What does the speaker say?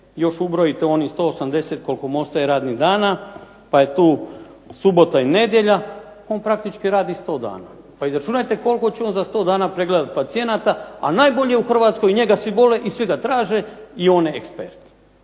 Još ubrojite onih 180 koliko mu ostaje radnih dana pa je tu subota i nedjelja. On praktički radi 100 dana. Pa izračunajte koliko će on za 100 dana pregledati pacijenata, a najbolje u Hrvatskoj njega svi vole i svi ga traže i on je ekspert.